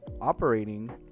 operating